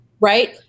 Right